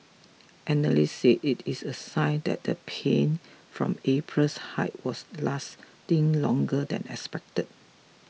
analysts say it is a sign that the pain from April's hike was lasting longer than expected